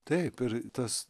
taip ir tas